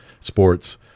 sports